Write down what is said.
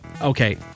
okay